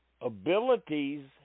abilities